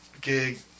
gig